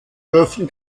dürften